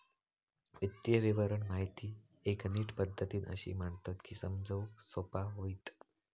वित्तीय विवरण माहिती एक नीट पद्धतीन अशी मांडतत की समजूक सोपा होईत